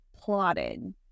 plotted